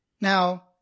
Now